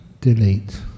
delete